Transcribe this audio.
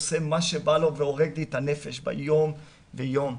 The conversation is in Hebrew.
עושה בי מה שבא לו והורג לי את הנפש יום אחרי יום?'